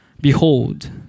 Behold